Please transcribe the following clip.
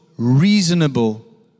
Reasonable